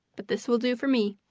but this will do for me.